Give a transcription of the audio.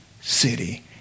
city